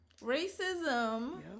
Racism